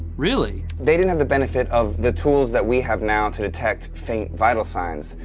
really? they didn't have the benefit of the tools that we have now to detect faint vital signs,